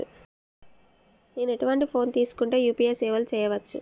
నేను ఎటువంటి ఫోన్ తీసుకుంటే యూ.పీ.ఐ సేవలు చేయవచ్చు?